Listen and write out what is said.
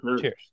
Cheers